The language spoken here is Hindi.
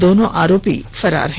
दोनों आरोपी फरार हैं